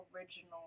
original